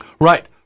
Right